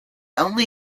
only